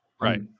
Right